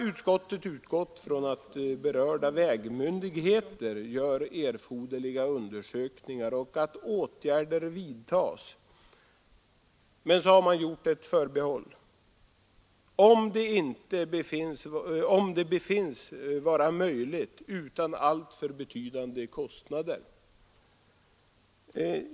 Utskottet har utgått från att berörda vägmyndigheter gör erforderliga undersökningar och att åtgärder vidtas, men så har man gjort ett förbehåll: om det befinns vara möjligt utan alltför betydande kostnader.